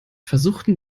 versuchten